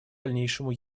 дальнейшему